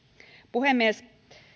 puhemies